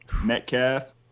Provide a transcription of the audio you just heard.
Metcalf